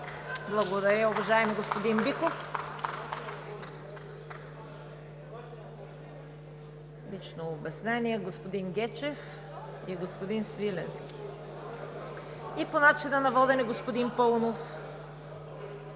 Благодаря, уважаеми господин Биков. Лично обяснение – господин Гечев и господин Свиленски, и по начина на водене – господин Паунов.